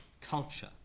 culture